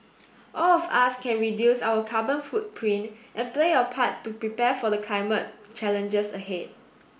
all of us can reduce our carbon footprint and play a part to prepare for the climate challenges ahead